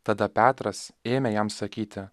tada petras ėmė jam sakyti